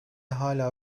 hala